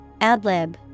Adlib